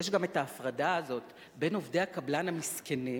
יש גם ההפרדה הזאת בין עובדי הקבלן המסכנים,